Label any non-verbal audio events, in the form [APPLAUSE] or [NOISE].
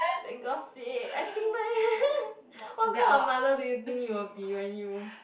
then gossip I think [LAUGHS] what kind of mother do you think you will be when you